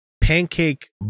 pancake